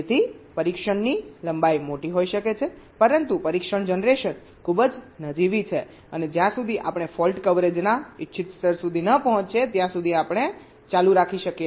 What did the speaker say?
તેથી પરીક્ષણની લંબાઈ મોટી હોઈ શકે છે પરંતુ પરીક્ષણ જનરેશન ખૂબ જ નજીવી છે અને જ્યાં સુધી આપણે ફોલ્ટ કવરેજના ઇચ્છિત સ્તર સુધી ન પહોંચીએ ત્યાં સુધી આપણે ચાલુ રાખી શકીએ છીએ